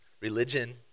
religion